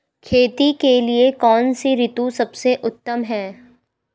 खेती के लिए कौन सी ऋतु सबसे उत्तम है?